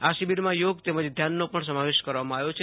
આ શિબીરમાં યોગ તેમજ ધ્યાનનો પણ સમાવેશ કરવામાં આવ્યો છે